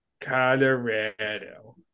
Colorado